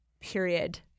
period